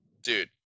dude